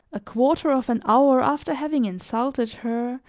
a quarter of an hour after having insulted her,